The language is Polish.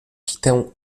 kitę